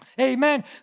Amen